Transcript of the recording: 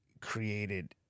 created